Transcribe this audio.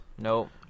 Nope